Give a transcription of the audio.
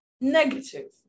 negative